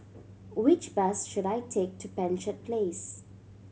which bus should I take to Penshurst Place